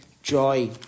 joy